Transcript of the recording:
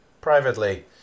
privately